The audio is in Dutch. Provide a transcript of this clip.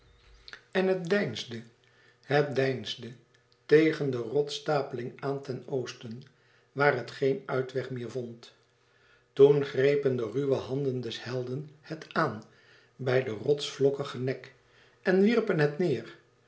en het deinsde het deinsde tegen de rotsstapeling aan ten oosten waar het geen uitweg meer vond toen grepen de ruwe handen des helden het aan bij den rosvlokkigen nek en wierpen het neêr